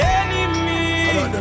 enemies